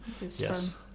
Yes